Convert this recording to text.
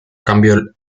cambio